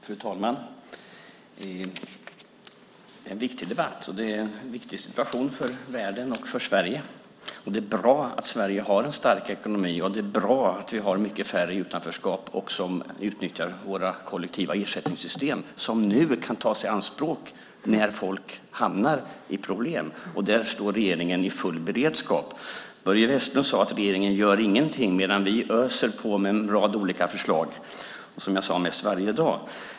Fru talman! Det är en viktig debatt, och det är en viktig situation för världen och för Sverige. Det är bra att Sverige har en stark ekonomi, och det är bra att vi har mycket färre i utanförskap och som utnyttjar våra kollektiva ersättningssystem som nu kan tas i anspråk när folk hamnar i problem. Där står regeringen i full beredskap. Börje Vestlund sade att regeringen inte gör någonting, medan den öser på med en rad olika förslag, som jag sade, mest varje dag.